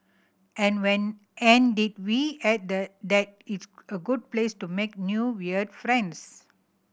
an when and did we add the that it's a good place to make new weird friends